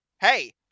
hey